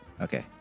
Okay